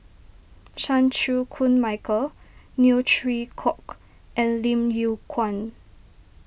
Chan Chew Koon Michael Neo Chwee Kok and Lim Yew Kuan